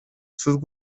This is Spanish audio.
sus